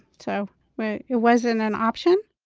so it wasn't an option